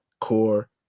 core